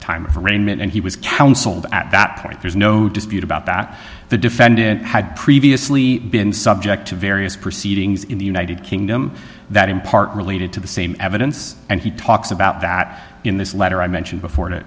arraignment and he was counseled at that point there's no dispute about that the defendant had previously been subject to various proceedings in the united kingdom that in part related to the same evidence and he talks about that in this letter i mentioned before